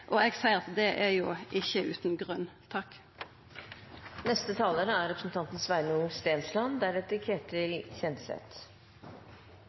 og eg seier at det er jo ikkje utan grunn.